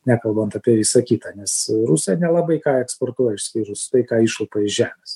nekalbant apie visa kita nes rusai nelabai ką eksportuoja išskyrus tai ką išlupa iš žemės